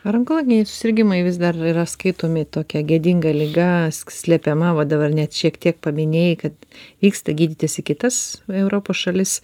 ar onkologiniai susirgimai vis dar yra skaitomi tokia gėdinga liga slepiama va dabar net šiek tiek paminėjai kad vyksta gydytis į kitas europos šalis